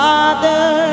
Father